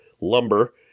lumber